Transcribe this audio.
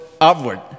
upward